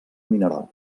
mineral